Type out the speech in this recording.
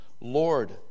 Lord